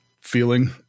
feeling